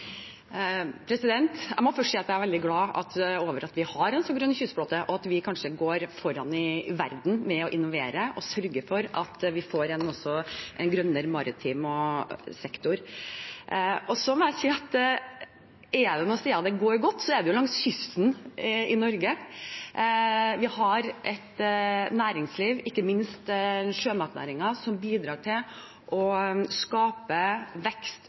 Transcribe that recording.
Jeg må først si at jeg er veldig glad for at vi har en så grønn kystflåte, og at vi kanskje går foran i verden med å innovere og sørge for at vi får en grønnere maritim sektor. Så må jeg si at er det noen steder det går godt, så er det jo langs kysten i Norge. Vi har et næringsliv, ikke minst sjømatnæringen, som bidrar til å skape vekst,